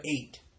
eight